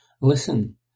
Listen